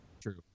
true